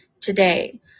today